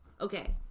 okay